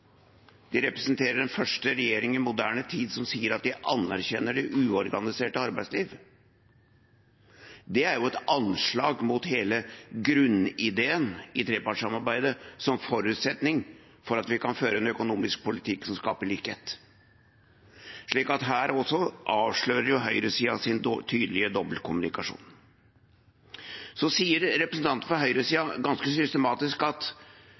de enige om noe annet: De representerer den første regjeringen i moderne tid som sier at de anerkjenner det uorganiserte arbeidslivet. Det er jo et anslag mot hele grunnideen i trepartssamarbeidet som forutsetning for at vi kan føre en økonomisk politikk som skaper likhet. Her også avslører høyresiden sin tydelige dobbeltkommunikasjon. Representanter fra høyresiden sier ganske systematisk at